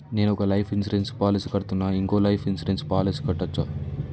నేను ఒక life insurance policy కడ్తున్నా, ఇంకో లైఫ్ ఇన్సూరెన్స్ పాలసీ కట్టొచ్చా?